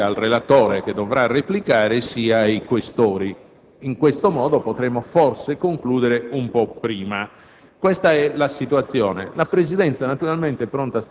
rivolgendo evidentemente il medesimo appello sia al relatore, che dovrà replicare, sia ai Questori. In questo modo potremmo forse concludere un po' prima: